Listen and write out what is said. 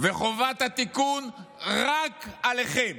וחובת התיקון רק עליכם.